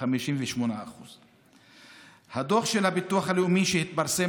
58%. הדוח של הביטוח הלאומי שהתפרסם